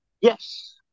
Yes